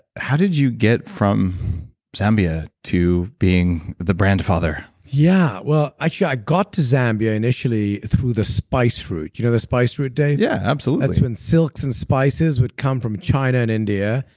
how did you get from zambia to being the brand-father yeah, well, actually i got to zambia, initially, through the spice route. you know the spice route, dave? yeah, absolutely that's when silks and spices would come from china and india.